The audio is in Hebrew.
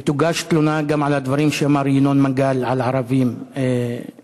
ותוגש תלונה גם על הדברים שאמר ינון מגל על ערבים כאן.